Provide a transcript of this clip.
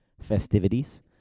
festivities